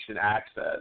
access